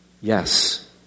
yes